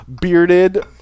bearded